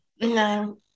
No